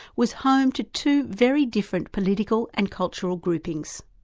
was home to two very different political and cultural groupings.